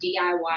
DIY